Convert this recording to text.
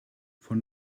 von